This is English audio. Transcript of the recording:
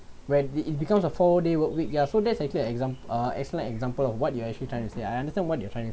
when it becomes a four day work week ya so that's actually an exam~ uh excellent example of what you actually trying to say I understand what you trying